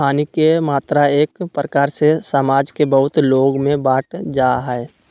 हानि के मात्रा एक प्रकार से समाज के बहुत लोग में बंट जा हइ